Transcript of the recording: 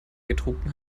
getrunken